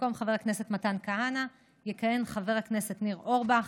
במקום חבר הכנסת מתן כהנא יכהן חבר הכנסת ניר אורבך.